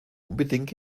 unbedingt